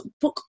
book